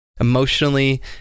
Emotionally